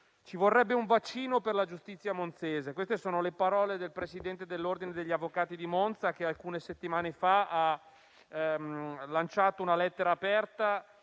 «Ci vorrebbe un vaccino per la giustizia monzese»: queste sono le parole del presidente dell'ordine degli avvocati di Monza, che alcune settimane fa ha lanciato una lettera aperta